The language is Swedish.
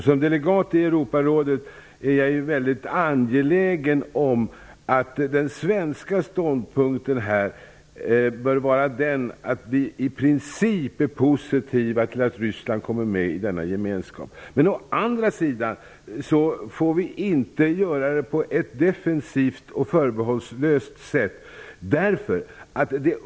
Som delegat i Europarådet är jag angelägen om att den svenska ståndpunkten bör vara den att vi i princip är positiva till att Ryssland kommer med i denna gemenskap, men vi får inte vara defensiva och förbehållslösa.